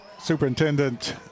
Superintendent